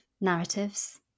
narratives